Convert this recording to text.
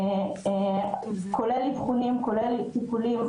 כולל אבחונים, כולל טיפולים.